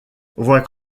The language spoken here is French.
voit